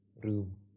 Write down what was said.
room